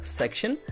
section